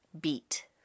Beat